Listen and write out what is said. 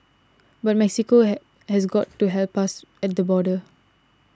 but Mexico has got to help us at the border